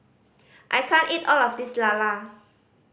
I can't eat all of this lala